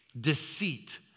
deceit